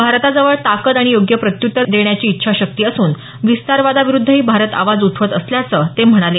भारताजवळ ताकद आणि योग्य प्रत्यूत्तर देण्याची इच्छाशक्ती असून विस्तारवादाविरुद्धही भारत आवाज उठवत असल्याचं ते म्हणाले